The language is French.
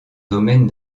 domaine